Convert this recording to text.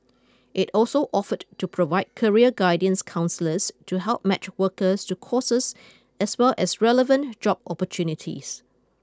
it also offered to provide career counsellors to help match workers to courses as well as relevant job opportunities